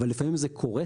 אבל לפעמים זה קורה.